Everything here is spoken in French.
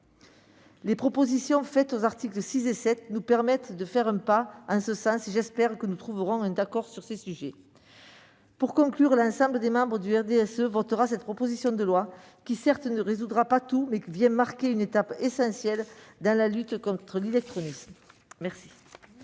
Les dispositions proposées aux articles 6 et 7 nous permettent de faire un pas en ce sens. J'espère que nous trouverons un accord sur ces sujets. L'ensemble des membres du groupe du RDSE votera cette proposition de loi ; certes, elle ne résoudra pas tout, mais elle vient marquer une étape essentielle dans la lutte contre l'illectronisme. La